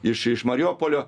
iš iš mariopolio